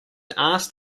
asked